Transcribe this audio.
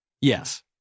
Yes